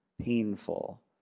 painful